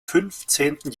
fünfzehnten